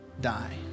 die